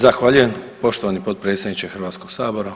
Zahvaljujem poštovani potpredsjedniče Hrvatskog sabora.